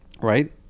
right